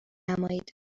نمایید